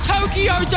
Tokyo